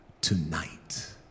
tonight